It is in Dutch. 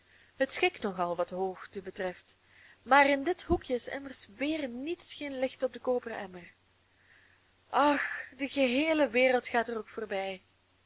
het schikt nogal wat de hoogte betreft maar in dit hoekjen is immers weer niets geen licht op den koperen emmer ach de geheele wereld gaat er ook voorbij